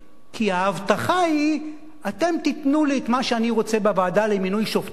כי ההבטחה היא: אתם תיתנו לי את מה שאני רוצה בוועדה למינוי שופטים,